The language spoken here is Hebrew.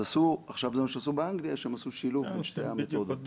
הם עשו שילוב של שתי הבדיקות.